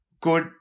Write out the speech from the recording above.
good